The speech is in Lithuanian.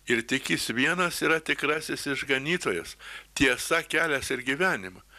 ir tik jis vienas yra tikrasis išganytojas tiesa kelias ir gyvenima